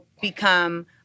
become